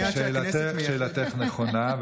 שאלתך נכונה,